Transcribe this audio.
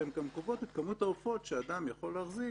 והן גם קובעות את כמות העופות שאדם יכול להחזיק